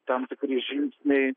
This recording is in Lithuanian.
tam tikri žingsniai